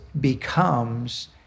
becomes